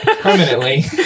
permanently